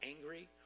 angry